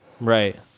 right